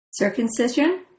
Circumcision